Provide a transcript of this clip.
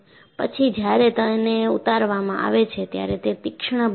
પછી જ્યારે તેને ઉતારવામાં આવે છે ત્યારે તે તીક્ષ્ણ બને છે